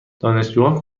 دانشجوها